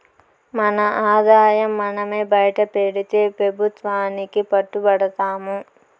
మన ఆదాయం మనమే బైటపెడితే పెబుత్వానికి పట్టు బడతాము